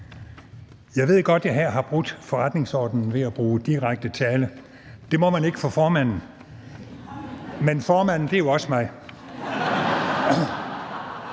Jeg ved godt, at jeg her har brudt forretningsordenen ved at bruge direkte tiltale. Det må man ikke for formanden, men formanden er jo også mig